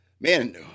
man